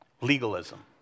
Legalism